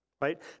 right